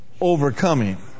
overcoming